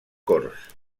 corts